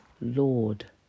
Lord